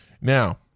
Now